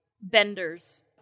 benders